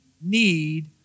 need